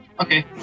Okay